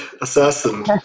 assassin